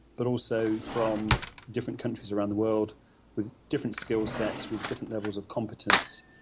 but also from different countries around the world with different skill sets, with different levels of competence.